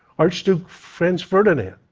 archduke franz ferdinand,